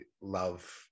love